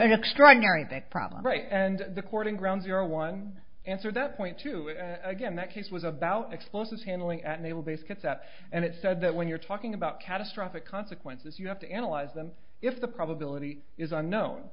that problem right and the courting ground zero one answer that point to it again that case was about explosives handling at naval base gets out and it said that when you're talking about catastrophic consequences you have to analyze them if the probability is unknown